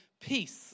peace